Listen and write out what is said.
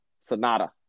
Sonata